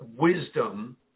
wisdom